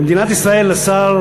למדינת ישראל, השר